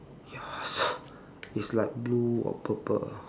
ya it's like blue or purple